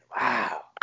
wow